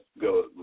go